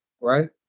right